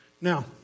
Now